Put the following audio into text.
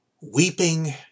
weeping